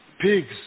pigs